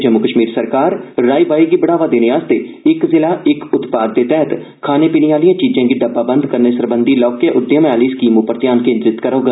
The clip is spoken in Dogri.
जम्मू कश्मीर सरकार राई बाई गी बढ़ावा देने लेई इक जिला इक उत्पाद दे तैहत खाने पीने आहिलएं चीजें गी डब्बाबंद करने सरबंधी लौहके उद्यमें आहली स्कीम पर ध्यान केन्द्रित करोग